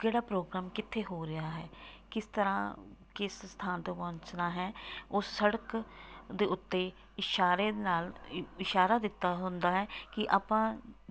ਕਿਹੜਾ ਪ੍ਰੋਗਰਾਮ ਕਿੱਥੇ ਹੋ ਰਿਹਾ ਹੈ ਕਿਸ ਤਰ੍ਹਾਂ ਕਿਸ ਸਥਾਨ ਤੋਂ ਪਹੁੰਚਣਾ ਹੈ ਉਹ ਸੜਕ ਦੇ ਉੱਤੇ ਇਸ਼ਾਰੇ ਨਾਲ ਇ ਇਸ਼ਾਰਾ ਦਿੱਤਾ ਹੁੰਦਾ ਹੈ ਕਿ ਆਪਾਂ